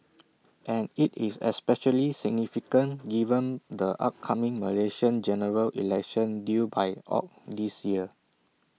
and IT is especially significant given the upcoming Malaysian General Election due by Aug this year